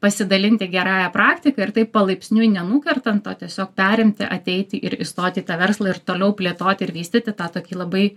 pasidalinti gerąja praktika ir taip palaipsniui ne nukertant o tiesiog perimti ateiti ir įstoti į tą verslą ir toliau plėtoti ir vystyti tą tokį labai